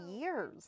years